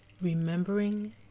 remembering